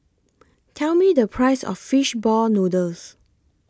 Tell Me The Price of Fish Ball Noodles